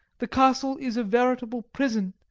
the castle is a veritable prison,